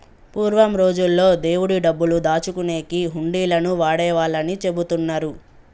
పూర్వం రోజుల్లో దేవుడి డబ్బులు దాచుకునేకి హుండీలను వాడేవాళ్ళని చెబుతున్నరు